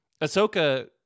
Ahsoka